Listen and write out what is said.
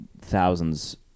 thousands